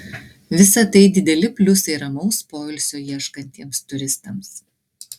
visa tai dideli pliusai ramaus poilsio ieškantiems turistams